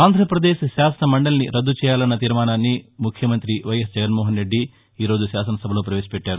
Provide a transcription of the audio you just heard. ఆంధ్రాపదేశ్ శాసనమండలిని రద్దు చేయాలన్న తీర్మానాన్ని ముఖ్యమంతి వైఎస్ జగన్మోహన్ రెడ్డి ఈరోజు శాసనసభలో పవేశపెట్టారు